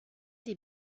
des